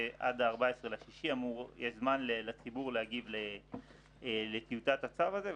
ועד ה-14 ביוני יש זמן לציבור להגיב לטיוטת הצו הזה,